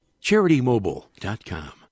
CharityMobile.com